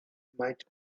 might